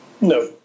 No